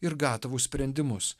ir gatavus sprendimus